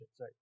right